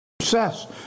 success